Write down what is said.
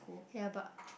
ya but